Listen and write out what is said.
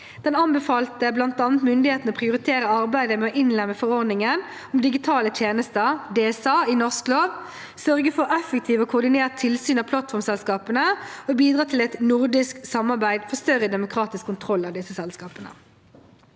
Den anbefalte bl.a. myndighetene å prioritere arbeidet med å innlemme forordningen om digitale tjenester, DSA, i norsk lov, sørge for effektivt og koordinert tilsyn av plattformselskapene og bidra til et nordisk samarbeid for større demokratisk kontroll av disse selskapene.